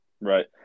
right